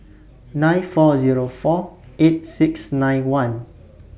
nine four Zero four eight six nine one